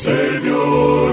Savior